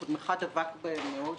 שקודמך דבק בהן מאוד,